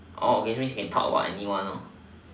oh okay so means can talk about anyone lor